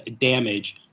damage